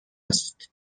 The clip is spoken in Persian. است